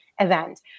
event